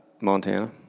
Montana